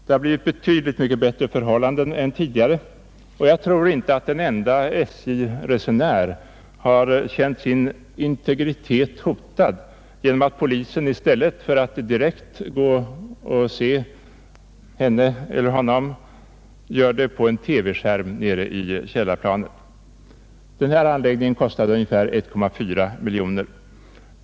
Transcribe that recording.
Det har blivit betydligt bättre förhållanden än tidigare, och jag tror inte att en enda SJ-resenär har känt sin integritet hotad genom att polisen i stället för att direkt vid patrullering gå och se på honom eller henne gör det på en TV-skärm nere i källarplanet. Denna anläggning kostade ungefär 1,4 miljoner kronor.